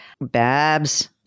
Babs